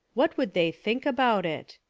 what would they think about it?